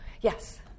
Yes